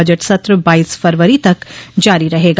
budget सत्र बाईस फरवरी तक जारी रहेगा